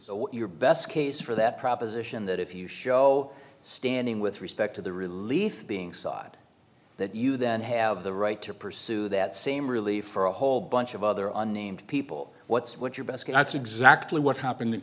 what your best case for that proposition that if you show standing with respect to the relief of being side that you then have the right to pursue that same relief for a whole bunch of other unnamed people what's what your best guy it's exactly what happened in